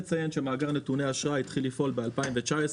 אציין שמאגר נתוני אשראי התחיל לפעול ב-2019,